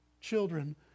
children